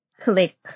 click